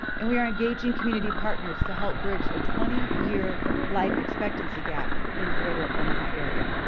and we are engaging community partners to help bridge a twenty year life expectancy gap in the greater omaha area.